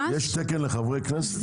יש תקן לחברי כנסת?